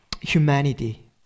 humanity